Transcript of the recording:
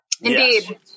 Indeed